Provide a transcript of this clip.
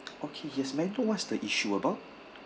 okay yes may I know what's the issue about